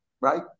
right